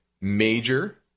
major